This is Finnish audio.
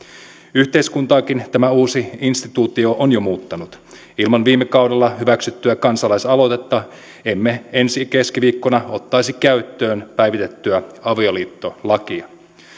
yhteiskuntaakin tämä uusi instituutio on jo muuttanut ilman viime kaudella hyväksyttyä kansalaisaloitetta emme ensi keskiviikkona ottaisi käyttöön päivitettyä avioliittolakia